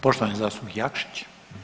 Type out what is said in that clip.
Poštovani zastupnik Jakšić.